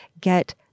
get